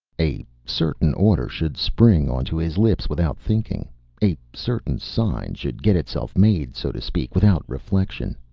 a certain order should spring on to his lips without thinking a certain sign should get itself made, so to speak, without reflection.